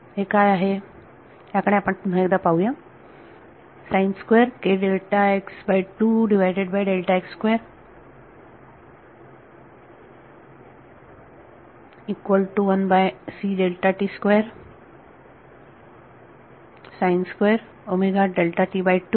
तर हे काय आहे याकडे आपण एकदा पाहू शकतो